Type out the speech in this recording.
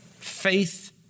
Faith